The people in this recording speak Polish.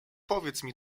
powiedz